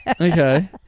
okay